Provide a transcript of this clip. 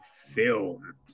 film